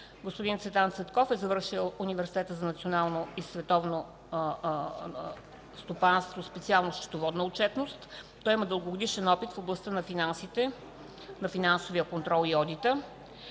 Господин Цветан Цветков е завършил Университета за национално и световно стопанство, специалност „Счетоводна отчетност”. Той има дългогодишен опит в областта на финансите, финансовия контрол и одита.